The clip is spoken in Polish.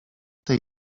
tej